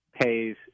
pays